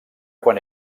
quan